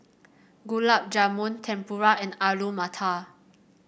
Gulab Jamun Tempura and Alu Matar